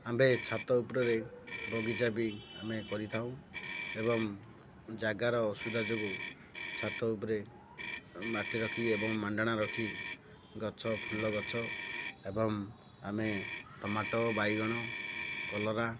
ଆମ୍ଭେ ଛାତ ଉପରରେ ବଗିଚା ବି ଆମେ କରିଥାଉଁ ଏବଂ ଜାଗାର ଅସୁବିଧା ଯୋଗୁଁ ଛାତ ଉପରେ ମାଟି ରଖି ଏବଂ ମାଣ୍ଡଣା ରଖି ଗଛ ଫୁଲ ଗଛ ଏବଂ ଆମେ ଟମାଟୋ ବାଇଗଣ କଲରା